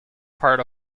part